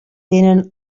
tenen